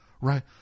right